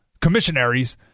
commissionaries